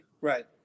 Right